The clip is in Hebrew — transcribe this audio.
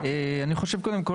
קודם כל,